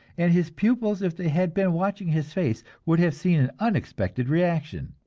and his pupils, if they had been watching his face, would have seen an unexpected reaction.